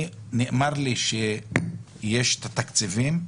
נאמר לי שיש את התקציבים,